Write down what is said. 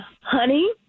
Honey